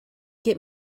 get